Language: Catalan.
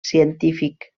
científic